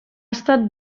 estat